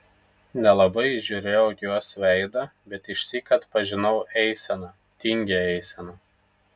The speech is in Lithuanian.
nelabai įžiūrėjau jos veidą bet išsyk atpažinau eiseną tingią eiseną